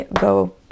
go